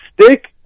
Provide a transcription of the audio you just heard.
stick